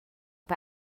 bei